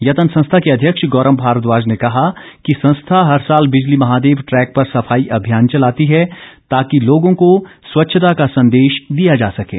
यत्न संस्था के अध्यक्ष गौरव भारद्वाज ने कहा कि संस्था हर साल बिजली महादेव ट्रैक पर सफाई अभियान चलाती है ताकि लोगों को स्वच्छता का संदेश दिया जा सकें